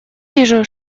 вижу